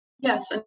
Yes